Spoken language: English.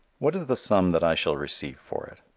what is the sum that i shall receive for it?